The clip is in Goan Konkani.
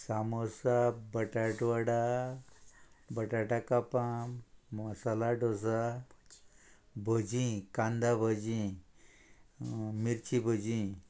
सामोसा बटाट वडा बटाटा कापां मसाला डोसा भजी कांदा भजी मिर्ची भजी